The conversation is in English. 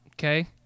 Okay